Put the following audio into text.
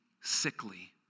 sickly